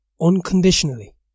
unconditionally